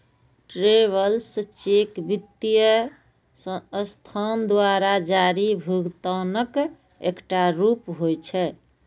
travellers cheque वित्तीय संस्थान द्वारा जारी भुगतानक एकटा रूप होइ छै